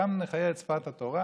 שם נחיה את שפת התורה,